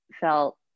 felt